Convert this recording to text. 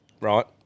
right